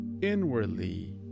inwardly